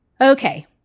Okay